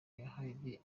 yahaye